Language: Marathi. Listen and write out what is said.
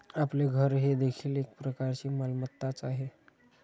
आपले घर हे देखील एक प्रकारची मालमत्ताच आहे